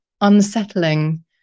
unsettling